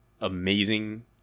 amazing